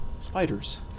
Spiders